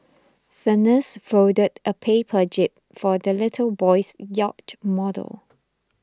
the nurse folded a paper jib for the little boy's yacht model